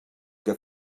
que